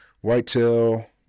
Whitetail